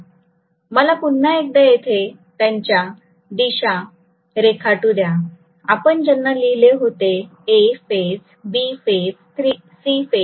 मला पुन्हा एकदा येथे त्यांच्या दिशा रेखाटू द्या आपण ज्यांना लिहिले होते A phase B phase C phase